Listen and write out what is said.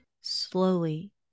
Slowly